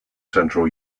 central